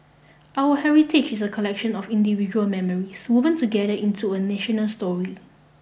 our heritage is a collection of individual memories woven together into a national story